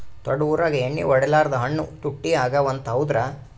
ದೊಡ್ಡ ಊರಾಗ ಎಣ್ಣಿ ಹೊಡಿಲಾರ್ದ ಹಣ್ಣು ತುಟ್ಟಿ ಅಗವ ಅಂತ, ಹೌದ್ರ್ಯಾ?